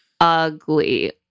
ugly